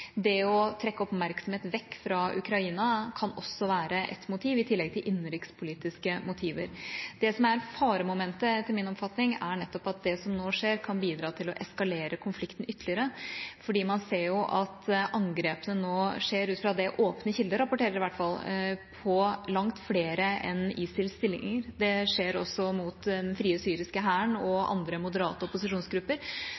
Det å trekke oppmerksomhet vekk fra Ukraina kan også være et motiv i tillegg til innenrikspolitiske motiver. Det som er faremomentet etter min oppfatning er nettopp at det som nå skjer, kan bidra til å eskalere konflikten ytterligere fordi man ser at angrepene nå skjer – ut fra det åpne kilder rapporterer, i hvert fall – på langt flere enn ISILs stillinger. Det skjer også mot Den frie syriske hær og andre moderate opposisjonsgrupper,